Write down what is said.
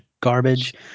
garbage